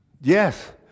Yes